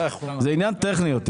זה יותר עניין טכני.